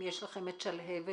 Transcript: אם יש לכם שלהבת,